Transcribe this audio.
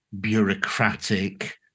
bureaucratic